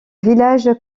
village